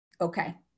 okay